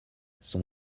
son